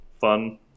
fun